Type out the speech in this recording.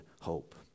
hope